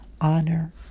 honor